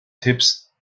tipps